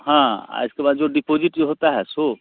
हाँ आ इसके बाद जो डिपॉजिट जो होता है सो